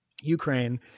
Ukraine